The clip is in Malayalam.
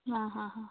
ആ ആ ആ